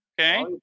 Okay